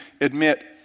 admit